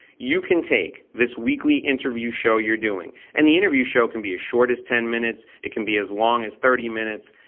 you can take this weekly interview show you're doing and the interview show can be as short as ten minutes, it can be as long as thirty minutes.